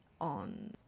on